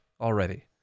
already